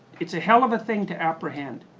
it's a hell of a thing to apprehend.